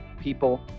people